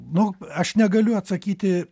nu aš negaliu atsakyti